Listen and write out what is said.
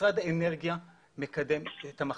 משרד האנרגיה מקדם את המחצבות,